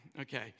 Okay